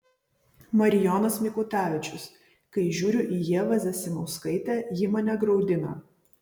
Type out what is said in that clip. marijonas mikutavičius kai žiūriu į ievą zasimauskaitę ji mane graudina